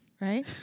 Right